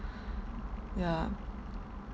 yeah